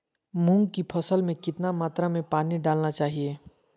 मूंग की फसल में कितना मात्रा में पानी डालना चाहिए?